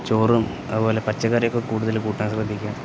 ചോറും അതുപോലെ പച്ചക്കറിയൊക്കെ കൂടുതല് കൂട്ടാൻ ശ്രദ്ധിക്കുക